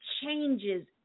changes